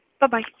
Bye-bye